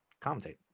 commentate